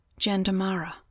Jandamara